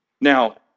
Now